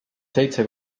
seitse